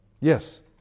Yes